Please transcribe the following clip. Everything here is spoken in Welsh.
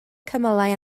cymylau